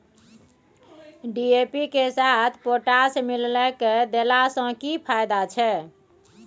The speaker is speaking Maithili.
डी.ए.पी के साथ पोटास मिललय के देला स की फायदा छैय?